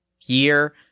year